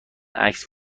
عکس